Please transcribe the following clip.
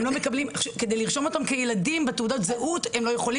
הם לא יכולים לרשום את הילדים בתעודת הזהות.